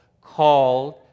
called